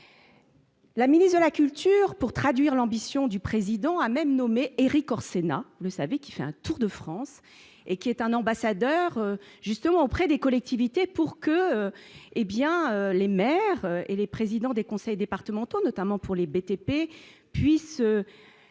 la ministre de la culture pour traduire l'ambition du président a même nommé Erik Orsenna, vous savez, qui fait un tour de France et qui est un ambassadeur justement auprès des collectivités pour que, hé bien, les maires et les présidents des conseils départementaux, notamment pour les BTP puisse